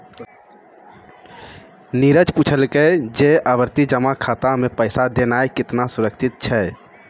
नीरज पुछलकै जे आवर्ति जमा खाता मे पैसा देनाय केतना सुरक्षित छै?